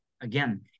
Again